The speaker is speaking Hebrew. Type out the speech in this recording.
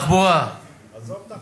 תחבורה, עזוב את התחבורה.